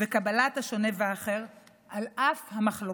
וקבלת השונה והאחר על אף המחלוקות.